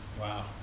Wow